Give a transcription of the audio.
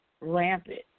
rampant